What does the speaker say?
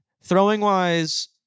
Throwing-wise